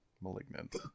malignant